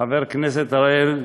חבר הכנסת אראל,